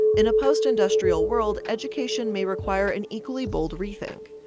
in a post-industrial world, education may require an equally bold rethink.